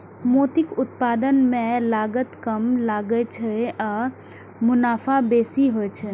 मोतीक उत्पादन मे लागत कम लागै छै आ मुनाफा बेसी होइ छै